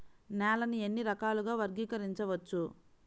నేలని ఎన్ని రకాలుగా వర్గీకరించవచ్చు?